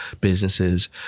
businesses